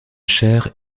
chère